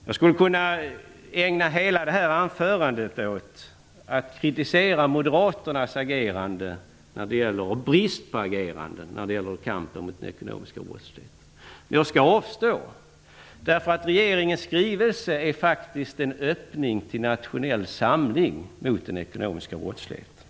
Jag skulle kunna ägna hela anförandet åt att kritisera moderaternas brist på agerande när det gäller kampen mot den ekonomiska brottsligheten. Men jag skall avstå. Regeringens skrivelse är faktiskt en öppning till nationell samling mot den ekonomiska brottsligheten.